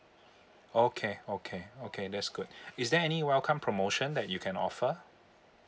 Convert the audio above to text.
okay okay okay that's good is there any welcome promotion that you can offer